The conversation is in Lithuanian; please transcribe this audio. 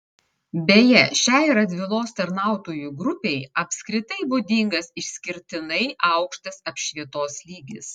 beje šiai radvilos tarnautojų grupei apskritai būdingas išskirtinai aukštas apšvietos lygis